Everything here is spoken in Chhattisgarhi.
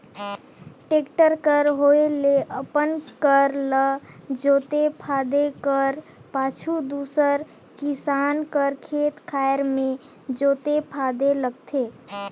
टेक्टर कर होए ले अपन कर ल जोते फादे कर पाछू दूसर किसान कर खेत खाएर मे जोते फादे लगथे